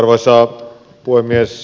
arvoisa puhemies